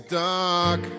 dark